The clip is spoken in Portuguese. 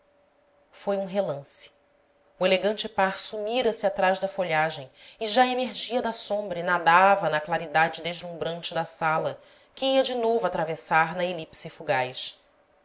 foi um relance o elegante par sumira-se atrás da folhagem e já emergia da sombra e nadava na claridade deslumbrante da sala que ia de novo atravessar na elipse fugaz